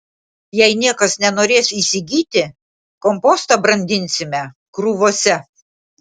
jei niekas nenorės įsigyti kompostą brandinsime krūvose